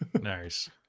Nice